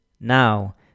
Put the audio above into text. now